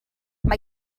mae